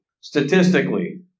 Statistically